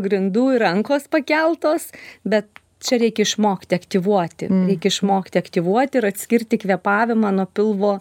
grindų ir rankos pakeltos bet čia reikia išmokti aktyvuoti reik išmokti aktyvuoti ir atskirti kvėpavimą nuo pilvo